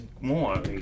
more